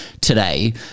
today